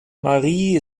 marie